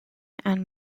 and